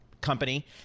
company